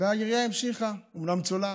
והעירייה המשיכה, אומנם צולעת.